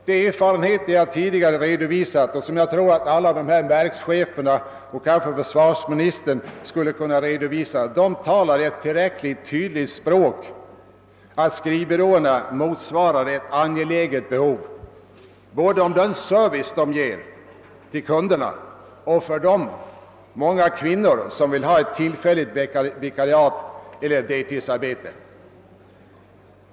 De erfarenheter jag tidigare redovisat och som jag tror att alla dessa verkschefer och försvarsmi nistern skulle kunna vidimera talar ett tillräckligt tydligt språk. De ger vid handen att skrivbyråerna motsvarar ett angeläget behov både genom den service de ger till kunderna och för de många kvinnor som vill ha ett tillfälligt vikariat eller deltidsarbete.